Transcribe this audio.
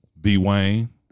B-Wayne